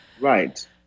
Right